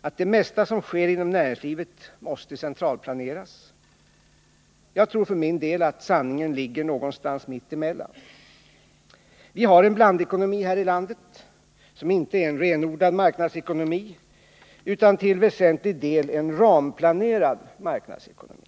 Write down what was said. att det mesta som sker inom näringslivet måste centralplaneras. Jag tror för min del att sanningen ligger någonstans mittemellan. Vi har en blandekonomi i vårt land som inte är en renodlad marknadsekonomi utan till väsentlig del en ramplanerad marknadsekonomi.